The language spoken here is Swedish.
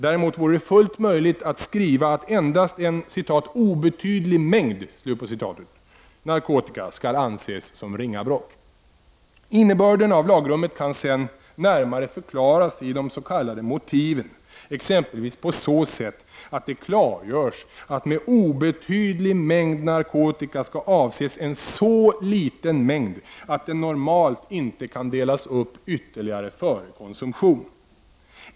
Däremot vore det fullt möjligt att skriva att endast innehav av en ”obetydlig mängd” narkotika skall anses som ringa brott. Innebörden av lagrummet kan sedan närmare förklaras i de s.k. motiven, exempelvis på så sätt att det klargörs att med obetydlig mängd narkotika skall avses en så liten mängd att den normalt inte kan delas upp ytterligare före konsumtion.